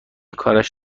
کارش